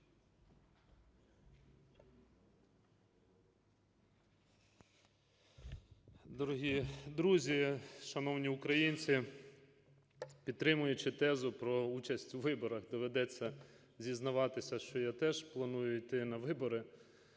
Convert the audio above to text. Дорогі друзі, шановні українці, підтримуючи тезу про участь у виборах, доведеться зізнаватися, що я теж планую йти на вибори